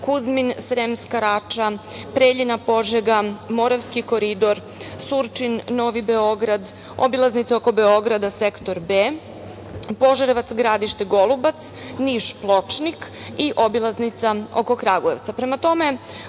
Kuzmin-Sremska Rača, Preljina-Požega, Moravski koridor, Surčin-Novi Beograd, obilaznica oko Beograda sektor B, Požarevac-Gradište-Golubac, Niš-Pločnik i obilaznica oko Kragujevca. Prema